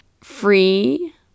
free